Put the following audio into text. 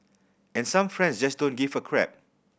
and some friends just don't give a crap